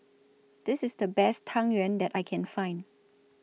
This IS The Best Tang Yuen that I Can Find